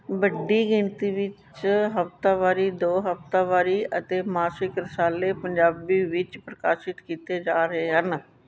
ਵੱਡੀ ਗਿਣਤੀ ਵਿੱਚ ਹਫਤਾਵਾਰੀ ਦੋ ਹਫਤਾਵਾਰੀ ਅਤੇ ਮਾਸਿਕ ਰਸਾਲੇ ਪੰਜਾਬੀ ਵਿੱਚ ਪ੍ਰਕਾਸ਼ਿਤ ਕੀਤੇ ਜਾ ਰਹੇ ਹਨ